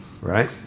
Right